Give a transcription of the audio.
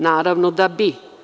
Naravno da bi.